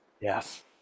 Yes